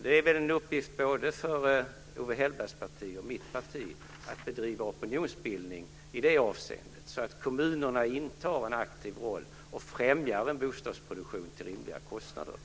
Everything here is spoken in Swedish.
Det är väl en uppgift för både Owe Hellbergs parti och mitt att bedriva opinionsbildning i det avseendet så att kommunerna intar en aktiv roll och främjar en bostadsproduktion till rimliga kostnader.